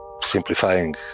simplifying